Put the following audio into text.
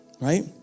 right